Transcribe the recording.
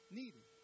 needed